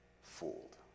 fooled